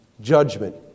Judgment